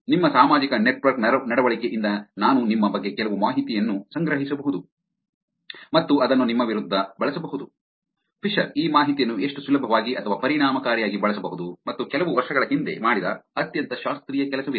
ನಿಮ್ಮ ಸಾಮಾಜಿಕ ನೆಟ್ವರ್ಕ್ ನಡವಳಿಕೆಯಿಂದ ನಾನು ನಿಮ್ಮ ಬಗ್ಗೆ ಕೆಲವು ಮಾಹಿತಿಯನ್ನು ಸಂಗ್ರಹಿಸಬಹುದು ಮತ್ತು ಅದನ್ನು ನಿಮ್ಮ ವಿರುದ್ಧ ಬಳಸಬಹುದು ಫಿಶರ್ ಈ ಮಾಹಿತಿಯನ್ನು ಎಷ್ಟು ಸುಲಭವಾಗಿ ಅಥವಾ ಪರಿಣಾಮಕಾರಿಯಾಗಿ ಬಳಸಬಹುದು ಮತ್ತೆ ಕೆಲವು ವರ್ಷಗಳ ಹಿಂದೆ ಮಾಡಿದ ಅತ್ಯಂತ ಶಾಸ್ತ್ರೀಯ ಕೆಲಸವಿದೆ